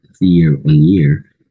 year-on-year